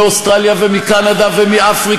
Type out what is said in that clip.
באמת.